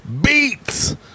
Beats